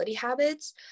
habits